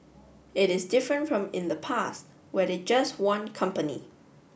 it is different from in the past where they just want company